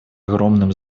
огромным